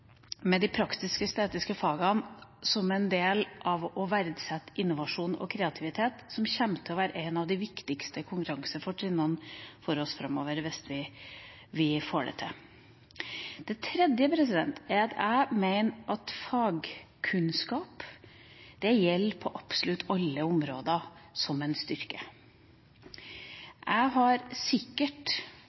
de praktisk-estetiske fagene blir en del av arbeidet med å verdsette innovasjon og kreativitet, som kommer til å bli ett av de viktigste konkurransefortrinnene for oss framover hvis vi får det til. Det tredje er at jeg mener at fagkunnskap er en styrke på absolutt alle områder. Jeg har hatt mange lærere i kunst og forming, som